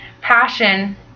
passion